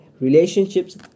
relationships